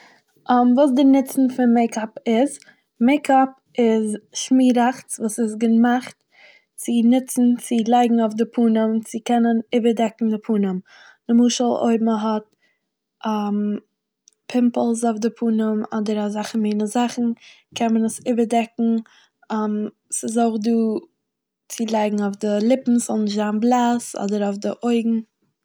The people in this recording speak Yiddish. וואס די נוצן פון מעיקאפ איז. מעיקאפ איז שמיראכץ וואס איז געמאכט צו נוצן צו לייגן אויף די פנים צו קענען איבערדעקן די פנים. נמשל אויב מ'האט פימפאלס אויף די פנים מ- אדער אזאלכע מינע זאכן קען מען עס איבערדעקן. ס'איז אויך דא צו לייגן אויף די לופן ס'זאל נישט זיין בלאס אדער אויף די אויגן....